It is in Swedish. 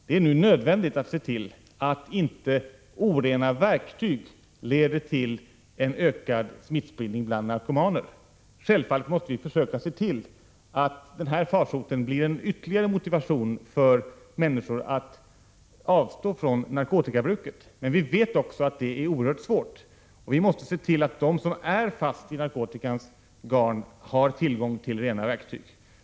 Det är nu nödvändigt att se till att inte orena verktyg leder till en ökad smittspridning bland narkomaner. Självfallet måste vi sträva efter att denna farsot blir en ytterligare motivation för människor att avstå från narkotikabruket, men vi vet också att det är oerhört svårt, och vi måste se till att de som redan är fast i narkotikans garn har tillgång till rena verktyg.